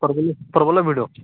ପ୍ରବଳ ପ୍ରବଳ ଭିଡ଼